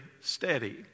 steady